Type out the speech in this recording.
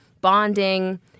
bonding